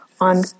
on